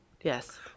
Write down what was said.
yes